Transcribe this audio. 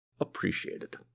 appreciated